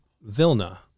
Vilna